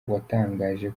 watangaje